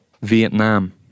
vietnam